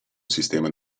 sistema